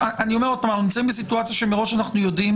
אני אומר שוב שאנחנו נמצאים בסיטואציה שמראש אנחנו יודעים